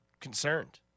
concerned